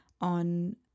on